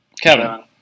Kevin